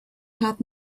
had